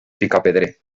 picapedrer